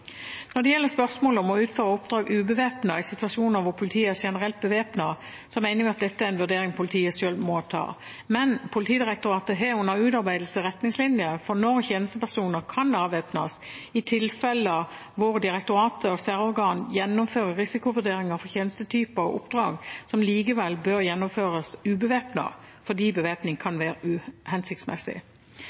Når det gjelder spørsmålet om å utføre oppdrag ubevæpnet i situasjoner hvor politiet er generelt bevæpnet, mener vi at dette er en vurdering politiet selv må ta. Men Politidirektoratet har under utarbeidelse retningslinjer for når tjenestepersoner kan avvæpnes i tilfeller der direktoratet og særorgan gjennomfører risikovurderinger for tjenestetyper og oppdrag som likevel bør gjennomføres ubevæpnet, fordi bevæpning kan være uhensiktsmessig.